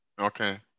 Okay